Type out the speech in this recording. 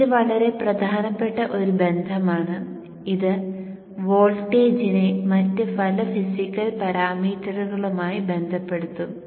ഇത് വളരെ പ്രധാനപ്പെട്ട ഒരു ബന്ധമാണ് ഇത് വോൾട്ടേജിനെ മറ്റ് പല ഫിസിക്കൽ പാരാമീറ്ററുകളുമായി ബന്ധപ്പെടുത്തും